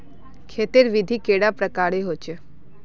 खेत तेर विधि कैडा प्रकारेर होचे?